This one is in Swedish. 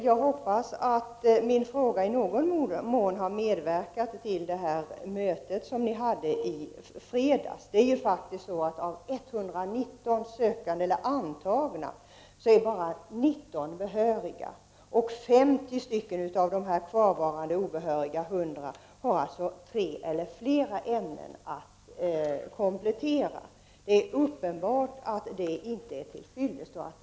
Jag hoppas att min fråga i någon mån har medverkat till att det möte som hölls i fredags kom till stånd. Av 119 antagna till lärarutbildningen är bara 19 behöriga. 50 av de 100 obehöriga har tre eller flera ämnen att komplettera. Uppenbarligen är detta inte tillfredsställande.